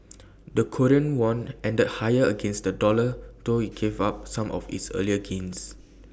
the Korean won ended higher against the dollar though IT gave up some of its earlier gains